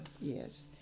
yes